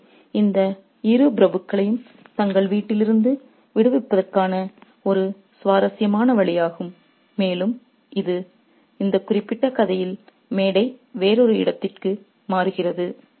எனவே இந்த இரு பிரபுக்களையும் தங்கள் வீட்டிலிருந்து விடுவிப்பதற்கான ஒரு சுவாரஸ்யமான வழியாகும் மேலும் இந்தக் குறிப்பிட்ட கதையில் மேடை வேறொரு இடத்திற்கு மாறுகிறது